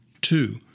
Two